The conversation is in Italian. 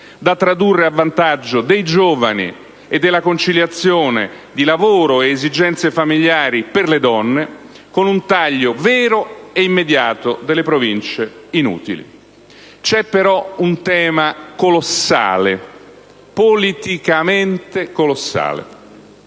da tradurre a vantaggio dei giovani e della conciliazione di lavoro ed esigenze familiari per le donne; con un taglio vero e immediato delle Province inutili. C'è però un tema colossale, politicamente colossale,